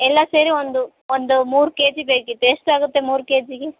ಎಲ್ಲ ಸೇರಿ ಒಂದು ಒಂದು ಮೂರು ಕೆಜಿ ಬೇಕಿತ್ತು ಎಷ್ಟಾಗುತ್ತೆ ಮೂರು ಕೆಜಿಗೆ